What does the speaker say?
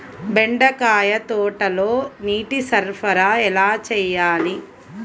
బెండకాయ తోటలో నీటి సరఫరా ఎలా చేయాలి?